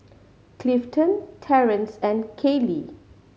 Clifton Terrance and Kallie